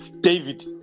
David